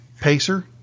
Pacer